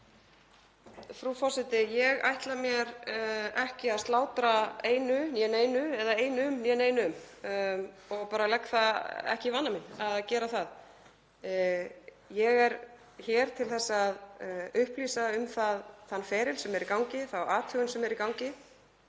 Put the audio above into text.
Frú forseti. Ég ætla mér ekki að slátra einu né neinu eða einum né neinum og bara legg það ekki í vana minn að gera það. Ég er hér til að upplýsa um þann feril sem er í gangi, þá athugun sem er í gangi,